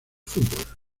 fútbol